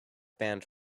band